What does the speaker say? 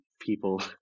people